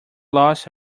lost